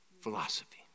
Philosophy